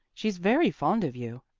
she's very fond of you,